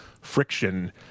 friction